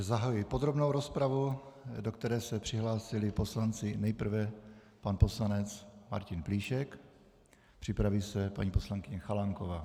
Zahajuji podrobnou rozpravu, do které se přihlásili poslanci nejprve pan poslanec Martin Plíšek, připraví se paní poslankyně Chalánková.